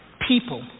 people